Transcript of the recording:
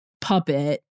puppet